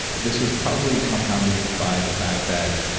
this was probably compounded by the fact that